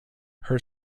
her